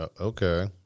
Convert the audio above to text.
Okay